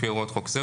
לפי הוראות חוק זה,